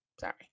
sorry